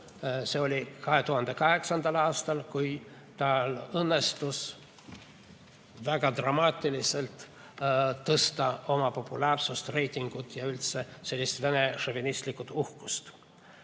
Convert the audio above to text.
see oli 2008. aastal, kui tal õnnestus väga dramaatiliselt tõsta oma populaarsust, reitingut ja üldse sellist vene šovinistlikku uhkust.